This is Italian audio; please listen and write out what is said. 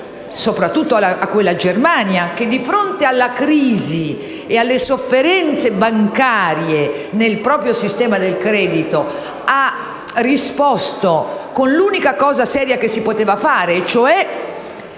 soprattutto alla Germania che, di fronte alla crisi e alle sofferenze bancarie nel proprio sistema del credito, ha risposto con l'unica misura seria che si poteva assumere: